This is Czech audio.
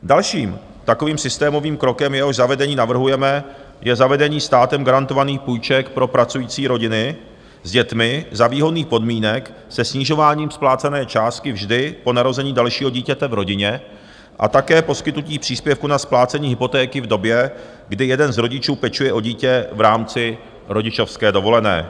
Dalším takovým systémovým krokem, jehož zavedení navrhujeme, je zavedení státem garantovaných půjček pro pracující rodiny s dětmi za výhodných podmínek se snižováním splácené částky vždy po narození dalšího dítěte v rodině a také poskytnutí příspěvku na splácení hypotéky v době, kdy jeden z rodičů pečuje o dítě v rámci rodičovské dovolené.